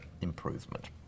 improvement